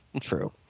true